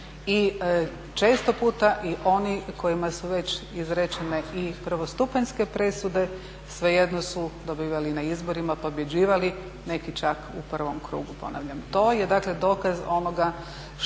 i često puta i oni kojima su već izrečene i prvostupanjske presude, svejedno su dobivali na izborima, pobjeđivali neki čak u prvom krugu ponavljam. To je dokaz onoga što